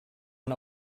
man